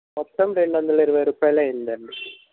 మొత్తం రెండు వందలు ఇరవై రూపాయిలు అయ్యిందండి